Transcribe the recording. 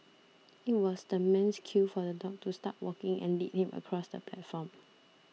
it was the man's cue for the dog to start walking and lead him across the platform